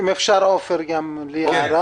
אם אפשר ,עפר, גם שאלה.